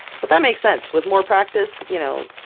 but that makes sense! with more practice. you know,